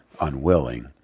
unwilling